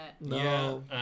No